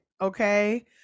okay